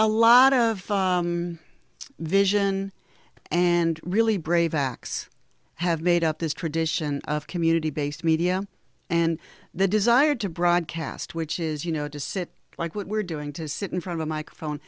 a lot of vision and really brave acts have made up this tradition of community based media and the desire to broadcast which is you know to sit like what we're doing to sit in front of a microphone